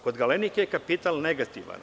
Kod „Galenike“ je kapital negativan.